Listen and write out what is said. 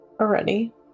already